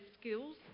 skills